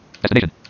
Destination